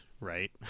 right